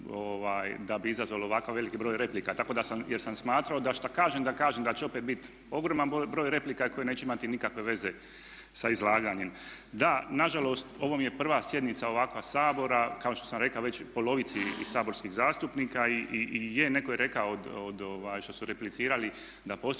da bi izazvalo ovako veliki broj replika. Jer sam smatrao da što kažem da kažem da će opet biti ogroman broj replika koje neće imati nikakve veze sa izlaganjem. Da, nažalost ovo mi je prva sjednica ovakva Sabora, kao što sam rekao već polovici saborskih zastupnika i je netko je rekao što su replicirali da postoji